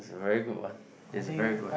it's a very good one it's a very good one